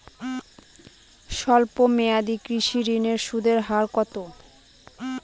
স্বল্প মেয়াদী কৃষি ঋণের সুদের হার কত?